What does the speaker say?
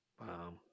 Wow